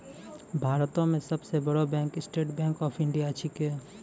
भारतो मे सब सं बड़ो bank State Bank of India छिकै